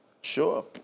Sure